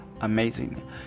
Amazing